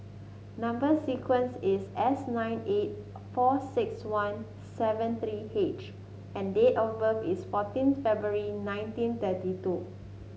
number sequence is S nine eight four six one seven three H and date of birth is fourteenth February nineteen thirty two